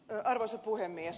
arvoisa puhemies